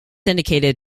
indicated